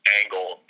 angle